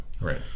Right